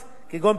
ובוחנת,